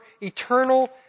eternal